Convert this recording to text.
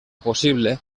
possible